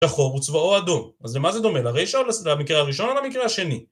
שחור וצבאו אדום. אז למה זה דומה? לרישא? למקרה הראשון או למקרה השני?